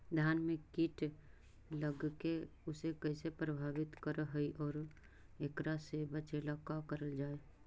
धान में कीट लगके उसे कैसे प्रभावित कर हई और एकरा से बचेला का करल जाए?